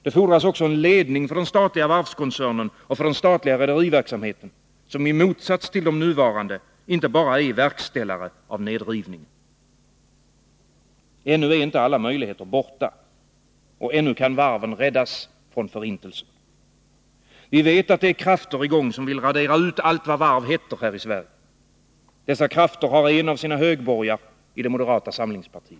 Det fordras också en ledning för den statliga varvskoncernen och för den statliga rederiverksamheten som i motsats till de nuvarande inte bara är en verkställare av nedrivningen. Ännu är inte alla möjligheter borta. Ännu kan varven räddas från förintelsen. Vi vet att det är krafter i gång som vill radera ut allt vad varv heter i Sverige. Dessa krafter har en av sina högborgar i det moderata samlingspartiet.